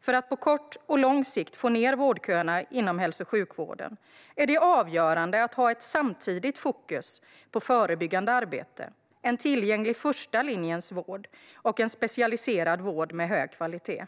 För att på kort och lång sikt få ned vårdköerna inom hälso och sjukvården är det avgörande att ha ett samtidigt fokus på förebyggande arbete, en tillgänglig första linjens vård och en specialiserad vård med hög kvalitet.